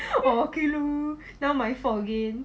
orh okay lor now my fault again